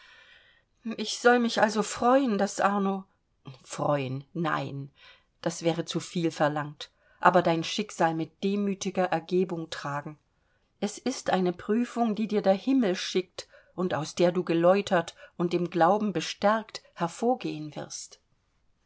ich soll mich also freuen daß arno freuen nein das wäre zu viel verlangt aber dein schicksal mit demütiger ergebung tragen es ist eine prüfung die dir der himmel schickt und aus der du geläutert und im glauben gestärkt hervorgehen wirst